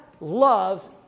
loves